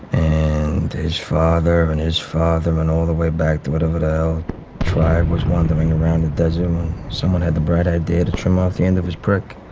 and his father and his father and all the way back to whatever the hell tribe was wandering around the desert when someone had the bright idea to trim off the end of his prick.